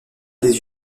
des